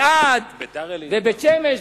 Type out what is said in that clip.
ואלעד, ובית-שמש.